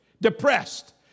Depressed